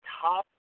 top